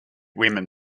women